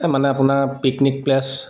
মানে আপোনাৰ picnic place